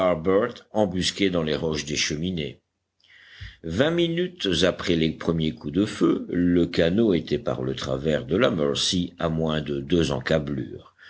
embusqués dans les roches des cheminées vingt minutes après les premiers coups de feu le canot était par le travers de la mercy à moins de deux encablures